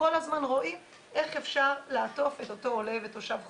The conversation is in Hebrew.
כל הזמן רואים איך אפשר לעטוף את אותו עולה ותושב חוזר.